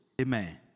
Amen